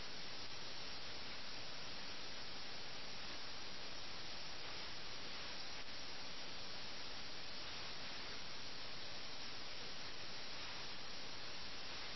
നഗരത്തിൽ വന്ന സൈന്യം അവരെ പൂർണ്ണമായും ബാധിച്ചിട്ടില്ല അവർ എങ്ങനെയെങ്കിലും കള്ളന്മാരെപ്പോലെ അവരുടെ വീടുകളിൽ നിന്ന് ഒളിച്ചോടുന്നത് കാണുന്നത് വളരെ രസകരമാണ്